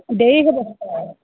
দেৰি হ'ব